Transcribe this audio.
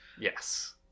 Yes